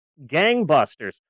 gangbusters